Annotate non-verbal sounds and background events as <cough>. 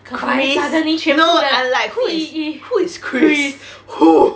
chris no I'm like who is who is chris <breath> who